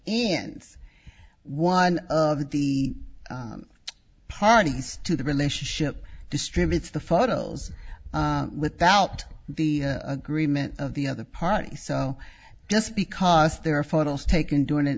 ends one of the parties to the relationship distributes the photos without the greenman of the other party so just because there are photos taken during an